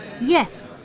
Yes